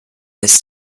this